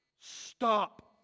stop